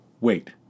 Wait